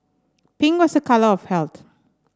pink was a colour of health